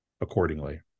accordingly